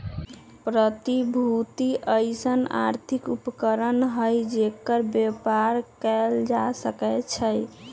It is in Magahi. प्रतिभूति अइसँन आर्थिक उपकरण हइ जेकर बेपार कएल जा सकै छइ